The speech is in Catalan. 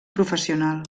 professional